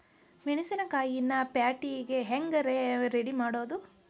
ಮೆಣಸಿನಕಾಯಿನ ಪ್ಯಾಟಿಗೆ ಹ್ಯಾಂಗ್ ರೇ ರೆಡಿಮಾಡೋದು?